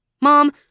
Mom